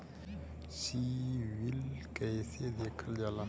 CIBIL कैसे देखल जाला?